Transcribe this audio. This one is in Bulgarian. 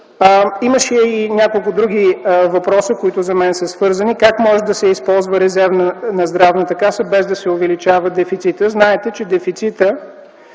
Имаше и няколко други въпроса, които за мен са свързани. Как може да се използва резервът на Здравната каса, без да се увеличава дефицитът. Знаете, че дефицитът